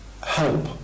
help